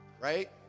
right